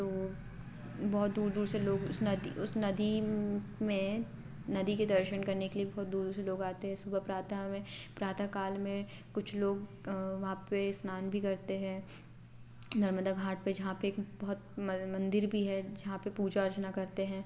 तो बहुत दूर दूर से लोग उस नदी उस नदी में नदी के दर्शन करने के लिए बहुत दूर दूर से लोग आते हैं सुबह प्रातः में प्रातः काल में कुछ लोग वहाँ पर स्नान भी करते हैं नर्मदा घाट पर जहाँ पर बहुत मंदिर भी है जहाँ पर पूजा अर्चना करते हैं